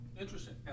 Interesting